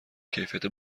کیفیت